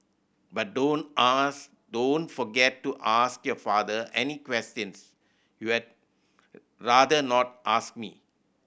but don't ask don't forget to ask your father any questions you'd rather not ask me